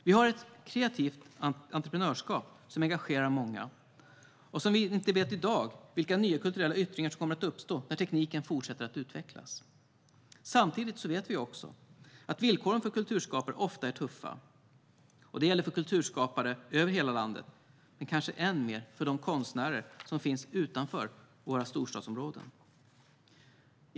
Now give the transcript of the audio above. Vi har ett kreativt entreprenörskap som engagerar många, och vi vet inte i dag vilka nya kulturella yttringar som kommer att uppstå när tekniken fortsätter att utvecklas. Samtidigt vet vi att villkoren för kulturskapare ofta är tuffa. Det gäller för kulturskapare över hela landet - men kanske än mer för de konstnärer som finns utanför våra storstadsområden.